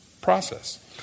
process